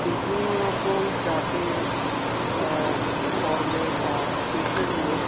বিভিন্ন রকম জাতের ধর্মের বা দেশের লোক